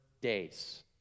days